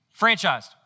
franchised